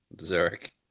Zurich